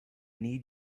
need